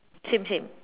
same same